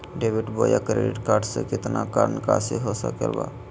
Debit बोया credit card से कितना का निकासी हो सकल बा?